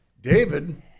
David